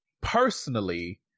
personally